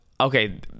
okay